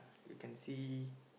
you can see